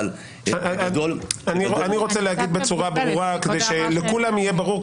אני רוצה להגיד בצורה ברורה, שלכולם יהיה ברור.